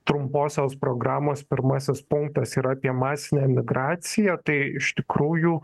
trumposios programos pirmasis punktas yra apie masinę emigraciją tai iš tikrųjų